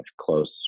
close